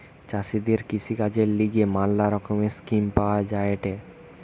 চাষীদের কৃষিকাজের লিগে ম্যালা রকমের স্কিম পাওয়া যায়েটে